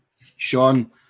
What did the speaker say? Sean